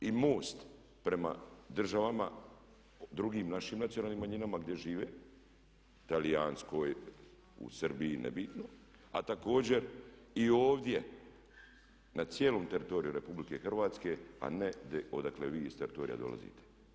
I MOST prema državama drugim našim nacionalnim manjinama gdje žive talijanskoj, u Srbiji, nebitno, a također i ovdje na cijelom teritoriju Republike Hrvatske, a ne odakle vi iz teritorija dolazite.